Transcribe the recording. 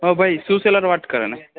હં ભાઈ shoes seller વાત કરે ને